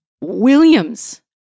Williams